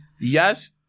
yes